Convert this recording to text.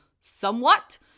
Somewhat